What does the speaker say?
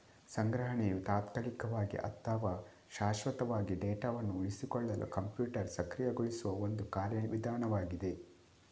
ಸಂಗ್ರಹಣೆಯು ತಾತ್ಕಾಲಿಕವಾಗಿ ಅಥವಾ ಶಾಶ್ವತವಾಗಿ ಡೇಟಾವನ್ನು ಉಳಿಸಿಕೊಳ್ಳಲು ಕಂಪ್ಯೂಟರ್ ಸಕ್ರಿಯಗೊಳಿಸುವ ಒಂದು ಕಾರ್ಯ ವಿಧಾನವಾಗಿದೆ